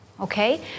okay